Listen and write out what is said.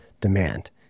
demand